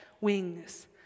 wings